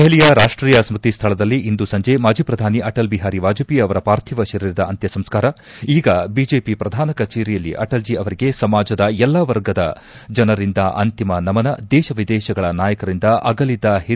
ದೆಹಲಿಯ ರಾಷ್ಷೀಯ ಸ್ತತಿ ಸ್ಥಳದಲ್ಲಿ ಇಂದು ಸಂಜೆ ಮಾಜಿ ಪ್ರಧಾನಿ ಅಟಲ್ ಬಿಹಾರಿ ವಾಜಪೇಯಿ ಅವರ ಪಾರ್ಥೀವ ಶರೀರದ ಅಂತ್ಯ ಸಂಸ್ನಾರ ಈಗ ಬಿಜೆಪಿ ಪ್ರಧಾನ ಕಚೇರಿಯಲ್ಲಿ ಅಟಲ್ಜೇ ಅವರಿಗೆ ಸಮಾಜದ ಎಲ್ಲಾ ವರ್ಗಗಳ ಜನರಿಂದ ಅಂತಿಮ ನಮನ ದೇಶ ವಿದೇಶಗಳ ನಾಯಕರಿಂದ ಅಗಲಿದ ಹಿರಿಯ ಚೇತನಕ್ಕೆ ಶ್ರದ್ದಾಂಜಲಿ